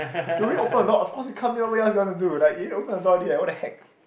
you already open the door of course you what else you want to do like you open the door already what the heck